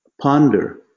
ponder